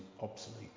obsolete